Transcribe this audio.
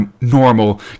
Normal